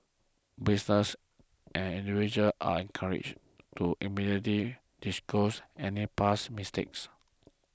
businesses and individuals are encouraged to immediately disclose any past mistakes